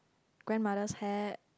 grandmother's hat